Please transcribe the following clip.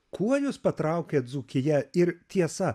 kuo jus patraukė dzūkija ir tiesa